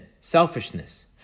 selfishness